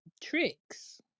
tricks